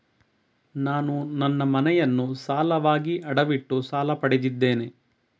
ನಾನು ನನ್ನ ಮನೆಯನ್ನು ಸಾಲವಾಗಿ ಅಡವಿಟ್ಟು ಸಾಲ ಪಡೆದಿದ್ದೇನೆ